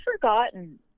forgotten